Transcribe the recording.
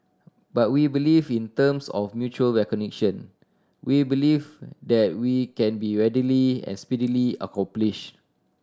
but we believe in terms of mutual recognition we believe that we can be readily as speedily accomplished